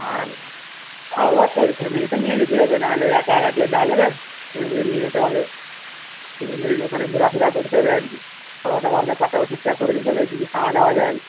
আর হ্যাঁ অবশ্যই ফ্যামিলি তো নিয়ে যেতেই হবে নাহলে একা একা কি আর যাওয়া যাবে ফ্যামিলিও নিয়ে যেতে হবে সেইজন্যই ওখানে ঘোরাফেরা করতে হবে আর কি খাওয়া দাওয়ার ব্যাপারটাও ঠিকঠাক করে নিতে হবে কি কি খাওয়া দাওয়া যায়